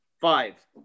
Five